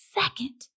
second